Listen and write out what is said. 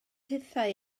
hithau